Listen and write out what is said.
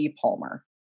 Palmer